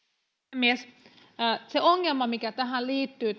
puhemies se ongelma mikä tähän lapsilisätilanteeseen liittyy